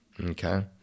okay